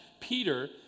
Peter